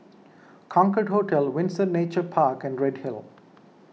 Concorde Hotel Windsor Nature Park and Redhill